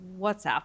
WhatsApp